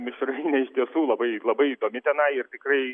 mišrainė iš tiesų labai labai įdomi tema ir tikrai